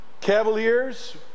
Cavaliers